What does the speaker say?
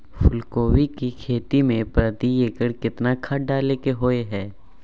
फूलकोबी की खेती मे प्रति एकर केतना खाद डालय के होय हय?